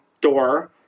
door